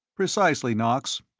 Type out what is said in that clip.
precisely, knox.